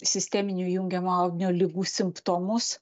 sisteminių jungiamo audinio ligų simptomus